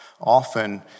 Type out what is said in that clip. often